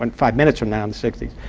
and five minutes from now, in the sixties.